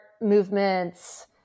movements